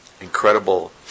incredible